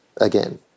again